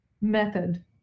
method